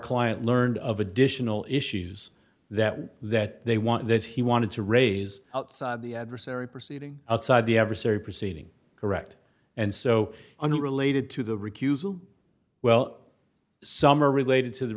client learned of additional issues that would that they want that he wanted to raise outside the adversary proceeding outside the adversary proceeding correct and so unrelated to the recusal well some are related to the